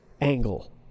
angle